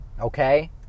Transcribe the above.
Okay